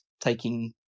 taking